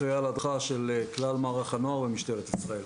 אני אחראי על הדרכה של כלל מערך הנוער במשטרת ישראל.